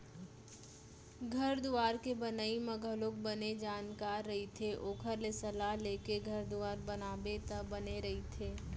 घर दुवार के बनई म घलोक बने जानकार रहिथे ओखर ले सलाह लेके घर दुवार बनाबे त बने रहिथे